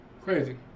Crazy